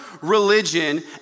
religion